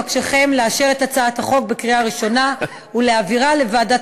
אבקשכם לאשר את הצעת החוק בקריאה ראשונה ולהעבירה לוועדת